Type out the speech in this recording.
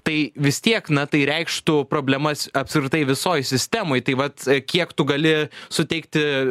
tai vis tiek na tai reikštų problemas apskritai visoj sistemoj tai vat kiek tu gali suteikti